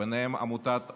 ובהם עמותת אמב"י,